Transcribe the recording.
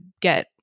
get